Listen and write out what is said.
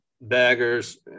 baggers